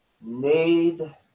need